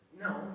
No